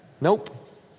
Nope